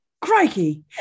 crikey